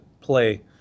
play